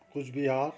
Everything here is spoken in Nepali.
कुचबिहार